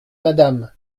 madame